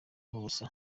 n’ubusa